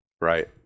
Right